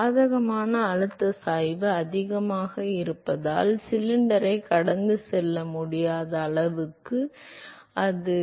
பாதகமான அழுத்த சாய்வு அதிகமாக இருப்பதால் சிலிண்டரைக் கடந்து செல்ல முடியாத அளவுக்கு அது சிலிண்டரைக் கடந்து செல்ல முடியாது